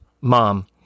mom